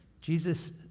Jesus